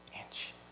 inch